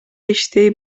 иштей